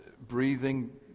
breathing